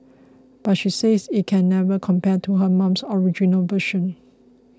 but she says it can never compare to her mum's original version